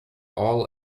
all